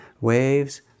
waves